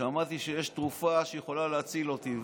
שמעתי שיש תרופה שיכולה להציל אותי.